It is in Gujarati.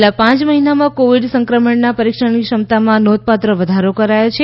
છેલ્લા પાંચ મહિનામાં કોવિડ સંક્રમણના પરીક્ષણની ક્ષમતામાં નોંધપાત્ર વધારો કરાયો છે